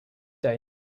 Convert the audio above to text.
day